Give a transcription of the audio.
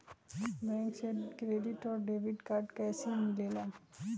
Bank से credit और debit card कैसी मिलेला?